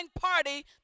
party